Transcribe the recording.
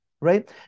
right